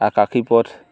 আকাশী পথ